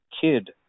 kid